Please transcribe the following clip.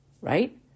right